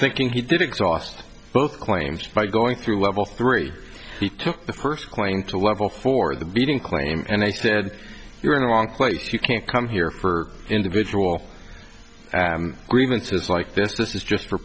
thinking he did exhaust both claims by going through level three he took the first claim to level for the building claim and they said you're in the wrong place you can't come here for individual grievances like this is just for